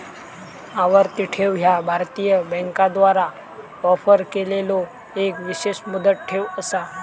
आवर्ती ठेव ह्या भारतीय बँकांद्वारा ऑफर केलेलो एक विशेष मुदत ठेव असा